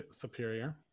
Superior